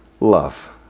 love